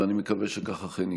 ואני מקווה שכך אכן יקרה.